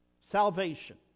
Salvation